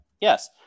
yes